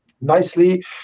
nicely